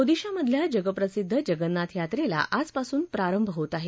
ओदिशामधल्या जगप्रसिद्ध जगन्नाथ यात्रेला आजापासून प्रारंभ होत आहे